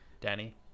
Danny